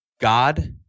God